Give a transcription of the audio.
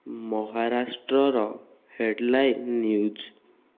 ମହାରାଷ୍ଟ୍ରର headline news